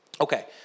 Okay